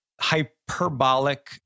hyperbolic